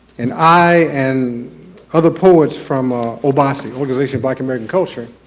and, i and other poets from ah obac, organization black american culture,